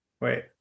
Wait